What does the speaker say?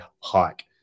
hike